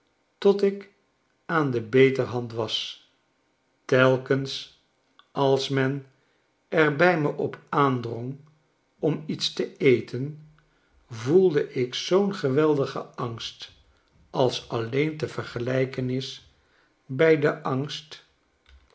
tot ik aan de beterhand was telkens als men er bij me op aandrong om iets te eten voelde ik zoo'n geweldigen angst als alleen te vergelijken is bij den angst